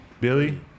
Billy